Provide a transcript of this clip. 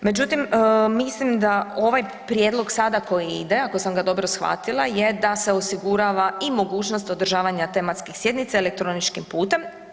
Međutim, mislim da ovaj prijedlog sada koji ide, ako sam ga dobro shvatila je da se osigurava i mogućnost održavanja tematskih sjednica elektroničkim putem.